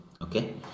okay